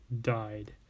died